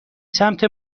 سمت